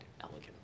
elegant